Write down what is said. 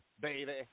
baby